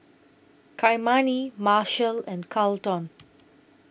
Kymani Marshal and Carleton